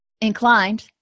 inclined